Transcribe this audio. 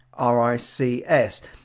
rics